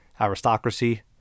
aristocracy